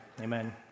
Amen